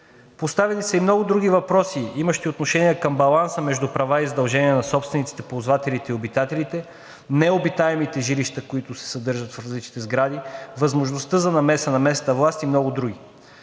Поставени са и много други въпроси, имащи отношение към баланса между права и задължения на собствениците, ползвателите и обитателите, необитаемите жилища, които се намират в различните сгради, възможността за намеса на местната власт и други.